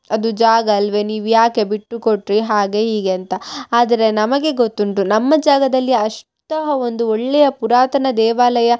ಅದು ಜಾಗ ಅಲ್ಲವೇ ನೀವು ಯಾಕೆ ಬಿಟ್ಟು ಕೊಟ್ಟಿರಿ ಹಾಗೆ ಹೀಗೆ ಅಂತ ಆದರೆ ನಮಗೆ ಗೊತ್ತುಂಟು ನಮ್ಮ ಜಾಗದಲ್ಲಿ ಅಶ್ತಹ ಒಂದು ಒಳ್ಳೆಯ ಪುರಾತನ ದೇವಾಲಯ